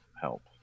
help